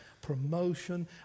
promotion